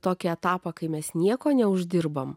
tokį etapą kai mes nieko neuždirbame